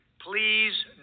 Please